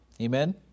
Amen